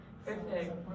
Perfect